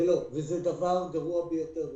זה דבר גרוע ביותר.